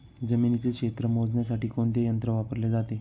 जमिनीचे क्षेत्र मोजण्यासाठी कोणते यंत्र वापरले जाते?